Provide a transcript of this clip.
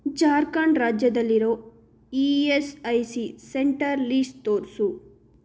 ಜಾರ್ಖಂಡ್ ರಾಜ್ಯದಲ್ಲಿರೋ E S I C center list ತೋರಿಸು